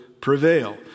prevail